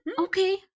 Okay